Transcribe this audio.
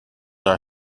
are